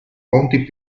fonti